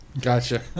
Gotcha